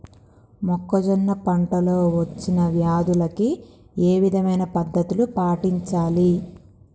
మొక్కజొన్న పంట లో వచ్చిన వ్యాధులకి ఏ విధమైన పద్ధతులు పాటించాలి?